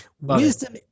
Wisdom